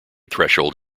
threshold